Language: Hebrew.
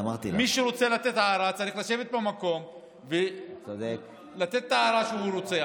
מי שרוצה לתת הערה צריך לשבת במקום ולתת את ההערה שהוא רוצה,